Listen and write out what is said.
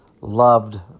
loved